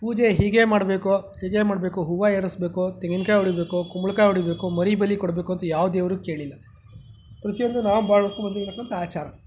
ಪೂಜೆ ಹೀಗೇ ಮಾಡಬೇಕು ಹೀಗೇ ಮಾಡಬೇಕು ಹೂವು ಏರಿಸ್ಬೇಕು ತೆಂಗಿನಕಾಯಿ ಒಡಿಬೇಕು ಕುಂಬಳಕಾಯಿ ಒಡಿಬೇಕು ಮರಿ ಬಲಿ ಕೊಡಬೇಕು ಅಂತ ಯಾವ ದೇವರೂ ಕೇಳಿಲ್ಲ ಪ್ರತಿಯೊಂದು ನಾವು ಮಾಡ್ಕೊಂಡು ಬಂದಿರತಕ್ಕಂಥ ಆಚಾರ